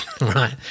right